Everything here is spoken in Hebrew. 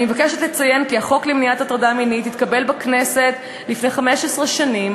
אני מבקשת לציין כי החוק למניעת הטרדה מינית התקבל בכנסת לפני 15 שנים,